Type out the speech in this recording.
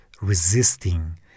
resisting